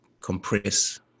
compress